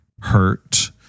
hurt